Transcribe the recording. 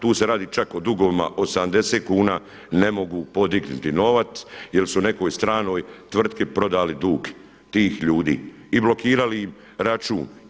Tu se radi čak o dugovima od 70 kuna ne mogu podignuti novac, jer su nekoj stranoj tvrtki prodali dug tih ljudi i blokirali im račun.